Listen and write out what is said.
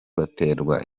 baterwa